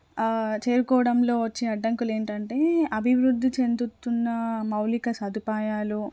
చేరుకోవడంలో వచ్చే అడ్డంకులు ఏంటంటే అభివృద్ధి చెందుతున్న మౌలిక సదుపాయాలు